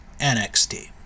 NXT